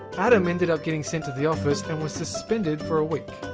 adam ended up getting sent to the office, and was suspended for a week.